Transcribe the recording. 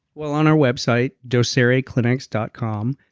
well on our website docereclinics dot com,